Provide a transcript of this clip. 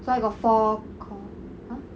so I got four core !huh!